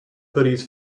hoodies